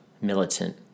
militant